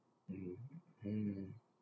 mm mm